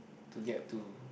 to get to